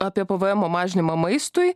apie pvemo mažinimą maistui